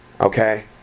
Okay